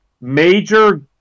major